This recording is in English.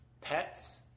pets